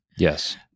Yes